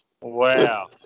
Wow